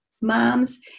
moms